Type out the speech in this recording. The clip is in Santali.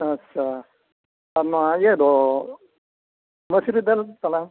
ᱟᱪᱪᱷᱟ ᱟᱨ ᱱᱚᱣᱟ ᱤᱭᱟᱹ ᱫᱚ ᱢᱟᱹᱥᱨᱤ ᱫᱟᱹᱞ ᱛᱟᱞᱟᱝ